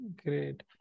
great